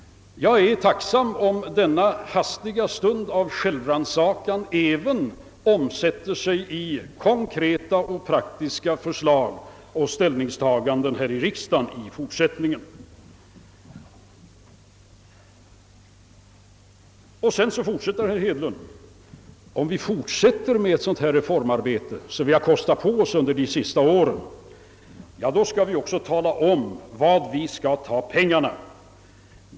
Jag är tacksam om denna korta stund av självrannsakan även omsätter sig i konkreta och praktiska förslag och ställningstaganden här i riksdagen i fortsättningen. Sedan säger herr Hedlund: Om vi fortsätter med det reformarbete som vi har kostat på oss under de senaste åren, då skall vi också tala om var vi skall ta pengarna.